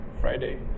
Friday